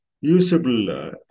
usable